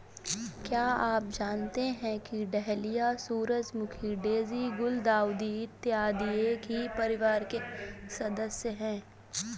क्या आप जानते हैं कि डहेलिया, सूरजमुखी, डेजी, गुलदाउदी इत्यादि एक ही परिवार के सदस्य हैं